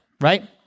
right